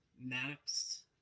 Max